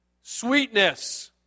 sweetness